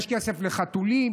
יש כסף לחתולים,